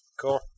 Cool